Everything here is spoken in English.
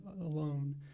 alone